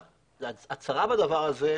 הצרה בדבר הזה,